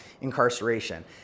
incarceration